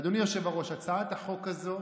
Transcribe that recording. אדוני היושב-ראש, הצעת החוק הזו